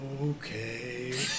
Okay